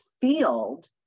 field